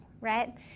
right